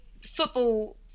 football